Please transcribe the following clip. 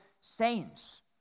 saints